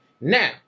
Now